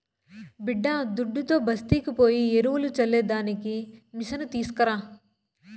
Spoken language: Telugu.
బిడ్డాదుడ్డుతో బస్తీకి పోయి ఎరువులు చల్లే దానికి మిసను తీస్కరా